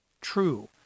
true